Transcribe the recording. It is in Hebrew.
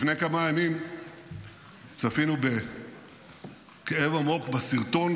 לפני כמה ימים צפינו בכאב עמוק בסרטון